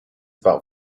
about